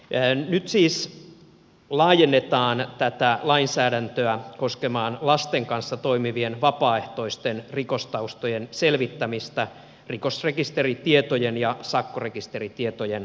nyt siis laajennetaan tätä lainsäädäntöä koskemaan lasten kanssa toimivien vapaaehtoisten rikostaustojen selvittämistä rikosrekisteritietojen ja sakkorekisteritietojen avulla